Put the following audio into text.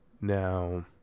Now